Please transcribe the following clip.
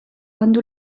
andu